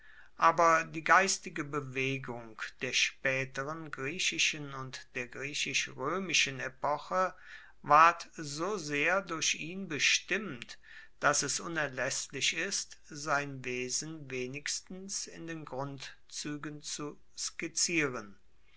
aber die geistige bewegung der spaeteren griechischen und der griechisch roemischen epoche ward so sehr durch ihn bestimmt dass es unerlaesslich ist sein wesen wenigstens in den grundzuegen zu skizzieren